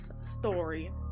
story